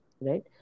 Right